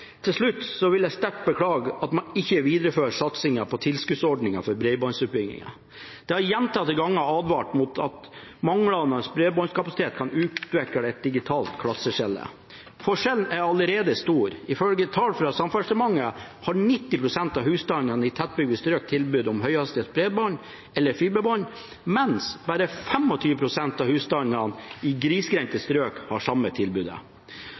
Til slutt vil jeg sterkt beklage at man ikke viderefører satsingen på tilskuddsordninger for bredbåndsutbyggingen. Det er gjentatte ganger advart mot at manglende bredbåndskapasitet kan utvikle et digitalt klasseskille. Forskjellen er allerede stor. Ifølge tall fra Samferdselsdepartementet har 90 pst. av husstandene i tettbygde strøk tilbud om høyhastighets bredbånd eller fiberbredbånd, mens bare 25 pst. av husstandene i grisgrendte strøk har det samme tilbudet.